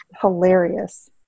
hilarious